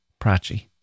Prachi